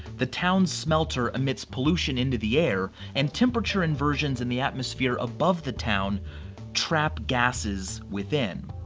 the town's smelter emits pollution into the air and temperature inversions in the atmosphere above the town trap gasses within,